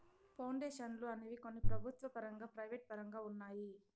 పౌండేషన్లు అనేవి కొన్ని ప్రభుత్వ పరంగా ప్రైవేటు పరంగా ఉన్నాయి